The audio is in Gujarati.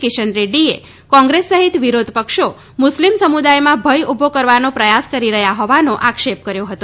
કિશન રેડ્ડીએ કોંગ્રેસ સહિત વિરોધ પક્ષો મુસ્લિમ સમુદાયમાં ભય ઉભો કરવાનો પ્રયાસો કરી રહ્યા હોવાનો આક્ષેપ કર્યો હતો